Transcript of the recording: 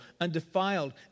undefiled